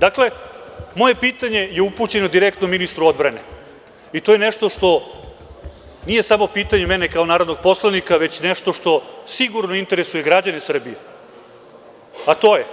Dakle, moje pitanje je upućeno direktno ministru odbrane i to je nešto što nije samo pitanje mene kao narodnog poslanika, već nešto što sigurno interesuje građane Srbije, a to je –